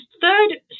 third